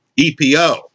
EPO